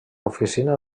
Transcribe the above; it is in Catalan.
oficina